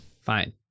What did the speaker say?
Fine